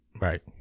Right